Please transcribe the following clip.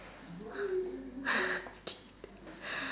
idiot